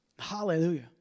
hallelujah